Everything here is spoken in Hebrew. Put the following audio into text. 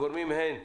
הגורמים הם: